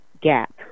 gap